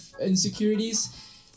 insecurities